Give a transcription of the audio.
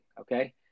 okay